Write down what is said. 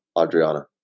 Adriana